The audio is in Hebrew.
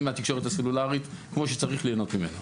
מהתקשורת הסלולרית כמו שצריך ליהנות ממנה.